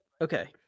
Okay